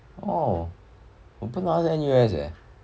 orh 我不知道他是 N_U_S leh oh